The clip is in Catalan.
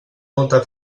molta